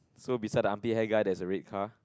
so beside the armpit hair guy there's a red car